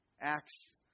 Acts